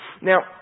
Now